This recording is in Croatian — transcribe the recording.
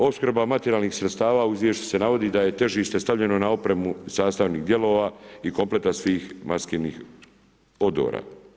Opskrba materijalnih sredstava u izvješću se navodi da je težište stavljeno na opremu sastavnih dijelova i kompleta svih maskirnih odora.